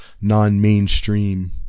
non-mainstream